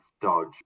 dodge